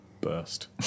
burst